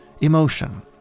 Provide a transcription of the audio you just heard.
emotion